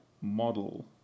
model